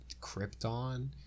Krypton